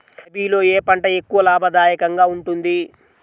రబీలో ఏ పంట ఎక్కువ లాభదాయకంగా ఉంటుంది?